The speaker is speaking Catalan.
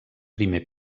primer